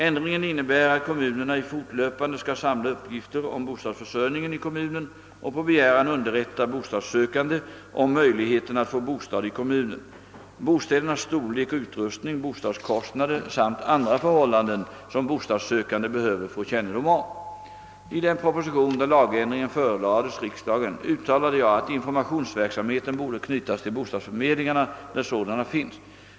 Ändringen innebar att kommunerna fortlöpande skall samla uppgifter om bostadsförsörjningen i kommunen och på begäran underrätta bostadssökande om möjligheterna att få bostad i kommunen, bostädernas storlek och utrustning, bostadskostnader samt andra förhållanden som bostadssökande behöver få kännedom om. I den proposition vari lagändringen förelades riksdagen uttalade jag att informationsverksamheten borde knytas till bostadsförmedlingarna där sådana finns.